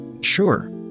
sure